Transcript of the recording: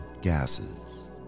gases